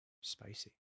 Spicy